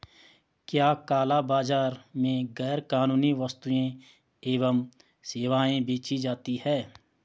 क्या काला बाजार में गैर कानूनी वस्तुएँ एवं सेवाएं बेची जाती हैं?